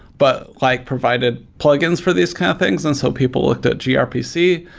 but like provided plugins for this kind of things. and so people looked at grpc,